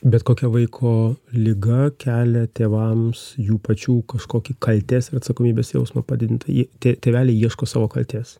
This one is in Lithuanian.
bet kokia vaiko liga kelia tėvams jų pačių kažkokį kaltės ir atsakomybės jausmą padidintą jį tė tėveliai ieško savo kaltės